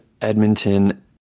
Edmonton